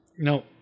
No